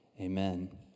Amen